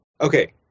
Okay